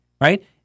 right